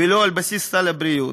ולא על בסיס סל הבריאות,